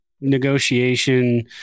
negotiation